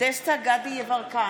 דסטה גדי יברקן,